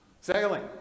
Sailing